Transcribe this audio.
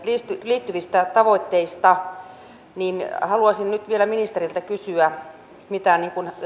liittyvistä tavoitteista haluaisin nyt ministeriltä kysyä mitä